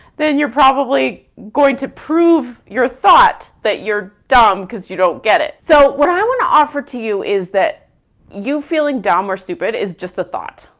then you're probably going to prove your thought that you're dumb cause you don't get it. so what i wanna offer to you is that you feeling dumb or stupid is just a thought,